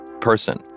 person